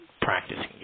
practicing